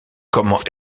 comment